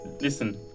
Listen